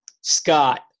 Scott